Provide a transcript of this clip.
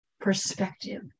perspective